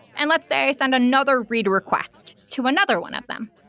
and let's say send another read request to another one of them.